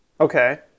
Okay